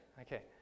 Okay